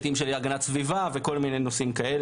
הגנת סביבה וכל מיני נושאים אחרים.